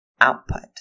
output